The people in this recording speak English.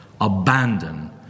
abandon